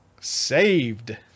saved